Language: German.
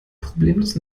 problemlos